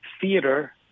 theater